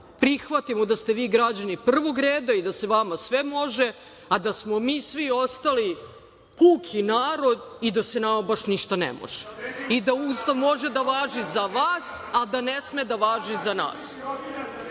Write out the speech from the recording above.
prihvatimo da ste vi građani prvog reda i da se vama sve može, a da smo mi svi ostali puki narod i da se nama baš ništa ne može i da Ustav može da važi za vas, a da ne sme da važi za nas. Vi